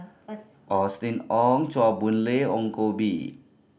Austen Ong Chua Boon Lay Ong Koh Bee